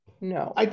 no